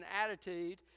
attitude